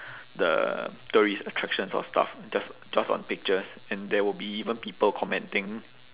the tourist attractions or stuff just just on pictures and there will be even people commenting